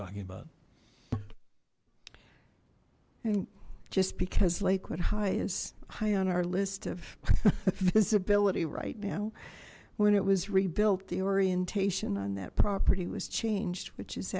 talking about and just because lakewood high is high on our list of visibility right now when it was rebuilt the orientation on that property was changed which is